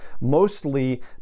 mostly